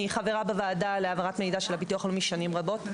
אני חברה בוועדה להעברת מידע של הביטוח הלאומי שנים רבות,